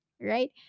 right